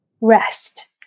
rest